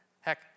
Heck